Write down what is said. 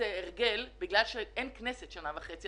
בגלל שאין כנסת כבר שנה וחצי,